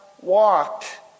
walked